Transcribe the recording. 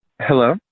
Hello